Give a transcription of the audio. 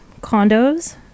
Condos